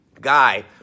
guy